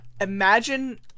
Imagine